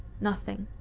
nothing.